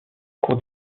cours